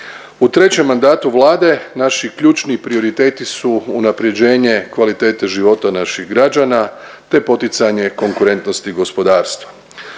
U trećem mandatu Vlade naši ključni prioriteti su unapređenje kvalitete života naših građana, te poticanje konkurentnosti i gospodarstva.